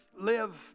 live